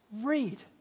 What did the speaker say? read